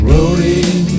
Rolling